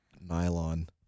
Nylon